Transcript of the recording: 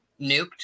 nuked